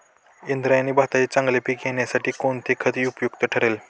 इंद्रायणी भाताचे चांगले पीक येण्यासाठी कोणते खत उपयुक्त ठरेल?